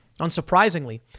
Unsurprisingly